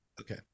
Okay